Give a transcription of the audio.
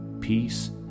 peace